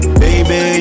baby